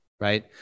right